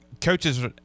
coaches